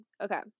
Okay